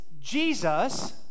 Jesus